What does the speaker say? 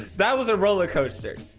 that was a rollercoaster